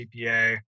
CPA